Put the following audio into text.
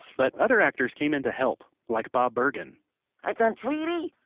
but other actors came in to help, like bob bergen i've done tweety,